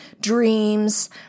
dreams